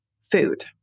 food